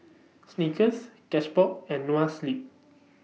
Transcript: Snickers Cashbox and Noa Sleep